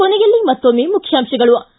ಕೊನೆಯಲ್ಲಿ ಮತ್ತೊಮ್ನೆ ಮುಖ್ಯಾಂಶಗಳು